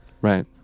Right